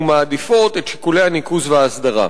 ומעדיפות את שיקולי הניקוז וההסדרה.